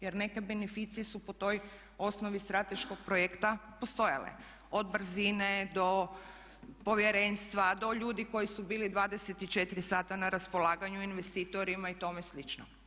Jer neke beneficije su po toj osnovi strateškog projekta postajale od brzine do povjerenstva, do ljudi koji su bili 24 sata na raspolaganju investitorima i tome slično.